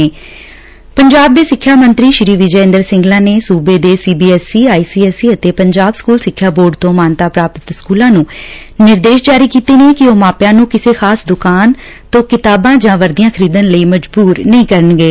ਪੰਜਾਬ ਦੇ ਸਿੱਖਿਆ ਮੰਤਰੀ ਸ੍ਰੀ ਵਿਜੇ ਇੰਦਰ ਸਿੰਗਲਾ ਨੇ ਸੂਬੇ ਦੇ ਸੀਬੀਐਸਸੀ ਆਈਸੀਐਸਸੀ ਅਤੇ ਪੰਜਾਬ ਸਕੂਲ ਸਿੱਖਿਆ ਬੋਰਡ ਤੋਂ ਮਾਨਤਾ ਪ੍ਰਾਪਤ ਸਕੂਲਾਂ ਨੂੰ ਨਿਰਦੇਸ਼ ਜਾਰੀ ਕੀਤੇ ਨੇ ਕਿ ਉਹ ਮਾਪਿਆਂ ਨੂੰ ਕਿਸੇ ਖਾਸ ਦੁਕਾਨ ਤੋਂ ਕਿਤਾਬਾਂ ਜਾਂ ਵਰਦੀਆਂ ਖਰੀਦਣ ਲਈ ਮਜਬੂਰ ਨਹੀ ਕਰਣਗੇ